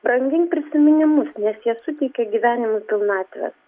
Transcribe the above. brangink prisiminimus nes jie suteikia gyvenimui pilnatvės